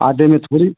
आधे में थोड़ी